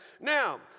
Now